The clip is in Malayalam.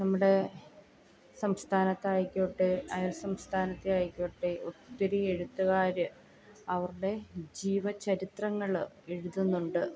നമ്മുടെ സംസ്ഥാത്ത് ആയിക്കോട്ടെ അയൽ സംസ്ഥാനത്തെ ആയിക്കോട്ടെ ഒത്തിരി എഴുത്തുകാർ അവരുടെ ജീവചരിത്രങ്ങൾ എഴുതുന്നുണ്ട്